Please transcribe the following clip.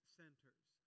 centers